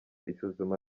isuzuma